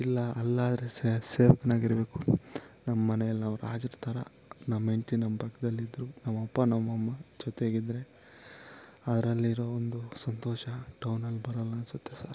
ಇಲ್ಲ ಅಲ್ಲಾದರೆ ಸೇವಕನಾಗಿರಬೇಕು ನಮ್ಮ ಮನೆಯಲ್ಲಿ ನಾವು ರಾಜರ ಥರ ನಮ್ಮ ಹೆಂಡತಿ ನಮ್ಮ ಪಕ್ಕದಲ್ಲಿದ್ರು ನಮ್ಮಪ್ಪ ನಮ್ಮ ಅಮ್ಮ ಜೊತೆಗಿದ್ದರೆ ಅದರಲ್ಲಿರೋ ಒಂದು ಸಂತೋಷ ಟೌನಲ್ಲಿ ಬರಲ್ಲ ಅಂತ ಅನಿಸುತ್ತೆ ಸಾರ್